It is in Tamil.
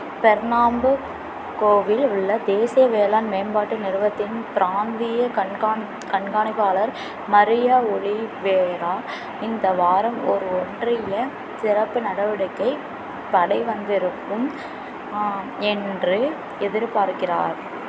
பெர்னாம்புகோவில் உள்ள தேசிய வேளாண் மேம்பாட்டு நிறுவத்தின் பிராந்திய கண்காணி கண்காணிப்பாளர் மரியா ஒலிவேரா இந்த வாரம் ஓரு ஒன்றிய சிறப்பு நடவடிக்கைப் படை வந்திருக்கும் என்று எதிர்பார்க்கிறார்